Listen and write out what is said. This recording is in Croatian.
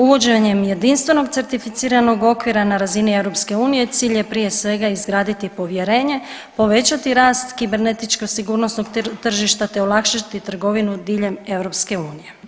Uvođenje jedinstvenog certificiranog okvira na razini EU, cilj je, prije svega, izgraditi povjerenje, povećati rast kibernetičkoj sigurnosnog tržišta te olakšati trgovinu diljem EU.